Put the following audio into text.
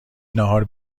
ناهار